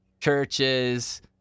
churches